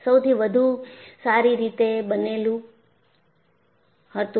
સૌથી વધુ સારી રીતે બનેલું હતું